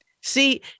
See